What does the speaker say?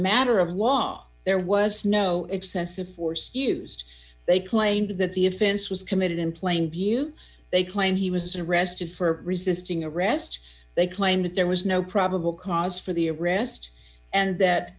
matter of law there was no excessive force used they claimed that the offense was committed in plain view they claim he was arrested for resisting arrest they claimed that there was no probable cause for the arrest and that